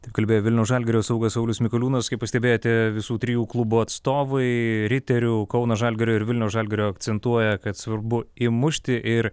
taip kalbėjo vilniaus žalgirio saugas saulius mikoliūnas kaip pastebėjote visų trijų klubų atstovai riterių kauno žalgirio ir vilniaus žalgirio akcentuoja kad svarbu įmušti ir